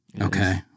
Okay